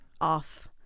off